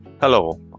Hello